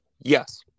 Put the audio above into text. Yes